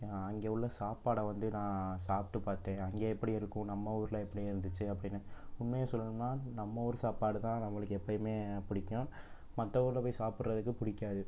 நான் அங்கே உள்ள சாப்பாடை வந்து நான் சாப்பிட்டு பார்த்தேன் அங்கே எப்படி இருக்கும் நம்ம ஊரில் எப்படி இருந்துச்சு அப்படின்னு உண்மையை சொல்லணும்னால் நம்ம ஊர் சாப்பாடுதான் நம்மளுக்கு எப்போயுமே பிடிக்கும் மற்ற ஊரில் போய் சாப்பிடுறதுக்கு பிடிக்காது